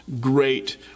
great